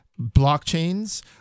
blockchains